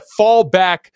fallback